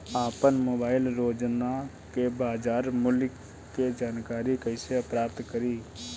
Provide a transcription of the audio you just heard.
आपन मोबाइल रोजना के बाजार मुल्य के जानकारी कइसे प्राप्त करी?